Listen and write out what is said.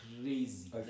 crazy